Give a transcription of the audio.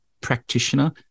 practitioner